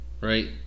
right